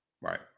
Right